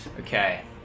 Okay